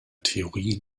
theorie